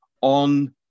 on